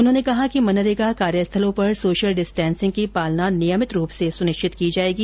उन्होंने कहा कि मनरेगा कार्यस्थलों पर सोशल डिस्टेंसिंग की पालना नियमित रूप से सुनिश्चित की जाएगी